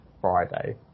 Friday